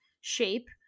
shape